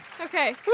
Okay